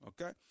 Okay